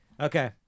Okay